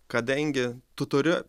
kadangi tu turi